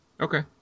Okay